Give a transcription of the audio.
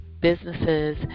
businesses